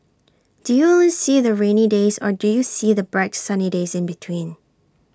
do you only see the rainy days or do you see the bright sunny days in between